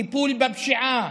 טיפול בפשיעה,